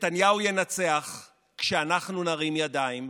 נתניהו ינצח כשאנחנו נרים ידיים.